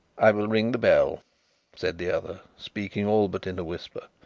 i will ring the bell said the other, speaking all but in a whisper.